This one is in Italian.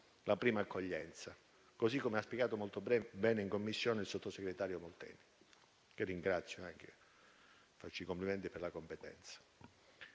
la prima accoglienza, così come ha spiegato molto bene in Commissione il sottosegretario Molteni, che ringrazio e al quale faccio i complimenti per la competenza.